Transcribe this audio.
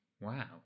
Wow